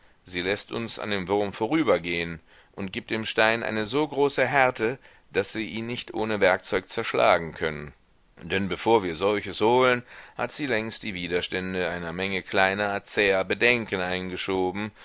sie läßt uns an dem wurm vorübergehen und gibt dem stein eine so große härte daß wir ihn nicht ohne werkzeug zerschlagen können denn bevor wir solches holen hat sie längst die widerstände einer menge kleiner zäher bedenken eingeschoben